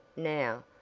now,